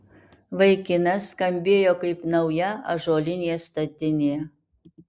vaikinas skambėjo kaip nauja ąžuolinė statinė